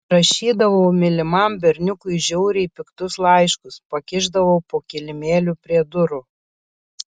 rašydavau mylimam berniukui žiauriai piktus laiškus pakišdavau po kilimėliu prie durų